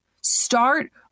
start